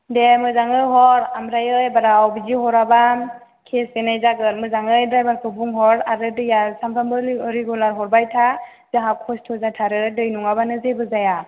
दे मोजाङै हर ओमफ्राय एबाराव बिदि हराबा केस होनाय जागोन मोजाङै द्रायबारखौ बुंहर आरो दैया सानफ्रामबो रेगुलार हरबाय था जोंहा खस्थ' जाथारो दै नङाबानो जेबो जाया